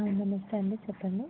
నమస్తే అండి చెప్పండి